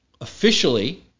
officially